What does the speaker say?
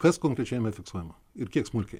kas konkrečiai jame fiksuojama ir kiek smulkiai